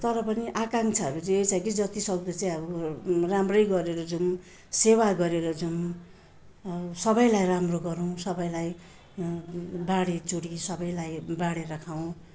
तर पनि आंकाक्षाहरू जे छ कि जति सक्दो चाहिँ अब राम्रै गरेर जाउँ सेवा गरेर जाउँ सबैलाई राम्रो गरौँ सबैलाई बाँडीचुँडी सबैलाई बाँडेर खाउँ